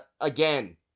again